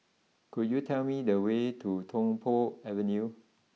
could you tell me the way to Tung Po Avenue